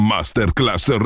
Masterclass